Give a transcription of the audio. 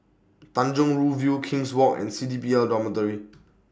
Tanjong Rhu View King's Walk and C D P L Dormitory